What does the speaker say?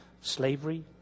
slavery